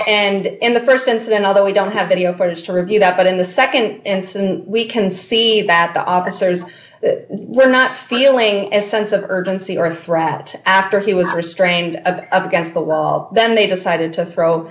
and in the st incident although we don't have video footage to review that but in the nd incident we can see that the officers that were not feeling a sense of urgency or a threat after he was restrained against the wall then they decided to throw